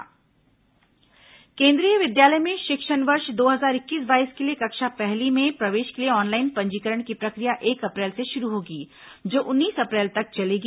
केन्द्रीय विद्यालय प्रवेश केन्द्रीय विद्यालय में शिक्षण वर्ष दो हजार इक्कीस बाईस के लिए कक्षा पहली में प्रवेश के लिए ऑनलाइन पंजीकरण की प्रक्रिया एक अप्रैल से शुरू होगी जो उन्नीस अप्रैल तक चलेगी